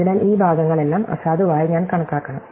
അതിനാൽ ഈ ഭാഗങ്ങളെല്ലാം അസാധുവായി ഞാൻ കണക്കാക്കണം